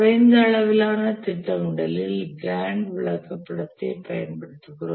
குறைந்த அளவிலான திட்டமிடலில் கேன்ட் விளக்கப்படத்தைப் பயன்படுத்துவோம்